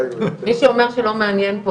הישיבה ננעלה